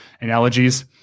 analogies